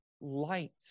light